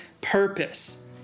purpose